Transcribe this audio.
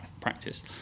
practice